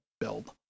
build